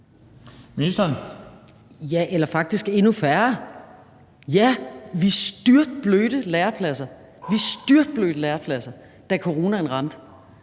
Ja, eller faktisk endnu færre. Ja, vi styrtblødte lærepladser, vi styrtblødte